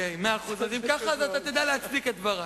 איך הוא יכול לעשות את זה?